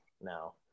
no